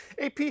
AP